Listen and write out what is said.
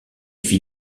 fit